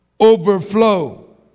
overflow